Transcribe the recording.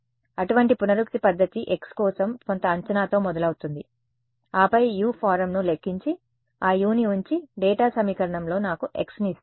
అటువంటి పునరుక్తి పద్ధతి x కోసం కొంత అంచనాతో మొదలవుతుంది ఆపై U ఫారమ్ను లెక్కించి ఆ Uని ఉంచి డేటా సమీకరణంలో నాకు x ని ఇస్తుంది